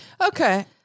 Okay